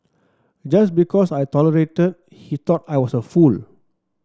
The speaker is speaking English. just because I tolerated he thought I was a fool